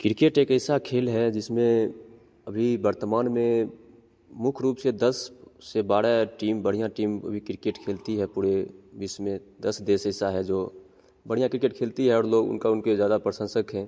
cricket एक ऐसा खेल है जिसमें अभी वर्तमान में मुख्य रूप से दस से बारह टीम बढ़िया टीम अभी क्रिकेट खेलती है पूरे विश्व में दस देश ऐसा है जो बढ़िया क्रिकेट खेलती है और लोग उनका उनके ज्यादा प्रशंसक हैं